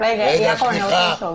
אני רוצה לשאול.